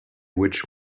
which